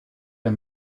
der